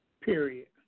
Period